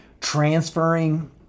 transferring